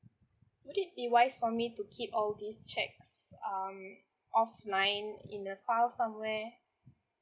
would it be wise for me to keep all these checks um offline in a file somewhere